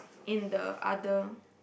in the other